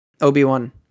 Obi-Wan